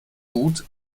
gut